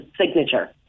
signature